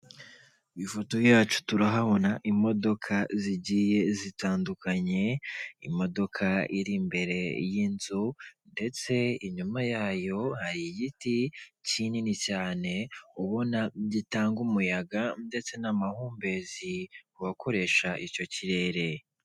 Ifoto yacu turahabona imodoka zigiye zitandukanye, imodoka iri imbere y'inzu ndetse inyuma yayo hari igiti kinini cyane ubona gitanga umuyaga ndetse n'amahumbezi ku bakoresha icyo kirere.